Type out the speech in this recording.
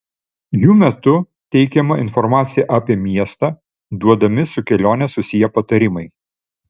jų metu teikiama informacija apie miestą duodami su kelione susiję patarimai